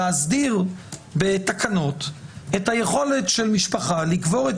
להסדיר בתקנות את היכולת של משפחה לקבור את